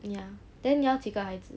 ya then 你要几个孩子